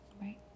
right